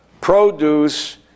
produce